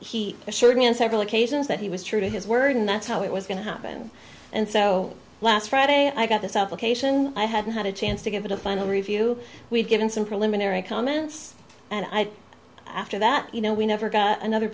me on several occasions that he was true to his word and that's how it was going to happen and so last friday i got this out location i hadn't had a chance to give it a final review we've given some preliminary comments and i after that you know we never got another